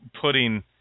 putting